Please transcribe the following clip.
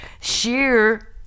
sheer